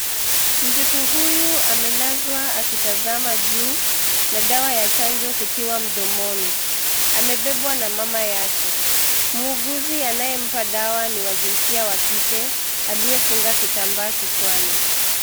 Mtoto huyu amelazwa akitazama juu, na dawa ya chanjo kutiwa mdomoni. Amebebwa na mama yake. Muuguzi anayempa dawa ni wa jinsia wa kike, aliyefunga kitambaa kichwani.